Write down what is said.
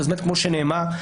כמו שנאמר,